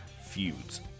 feuds